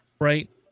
right